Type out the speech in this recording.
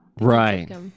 right